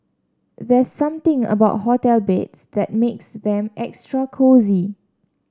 there's something about hotel beds that makes them extra cosy